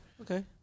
okay